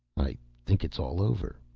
i think it's all over.